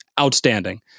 outstanding